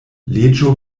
leĝo